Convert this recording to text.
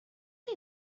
chi